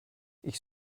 ich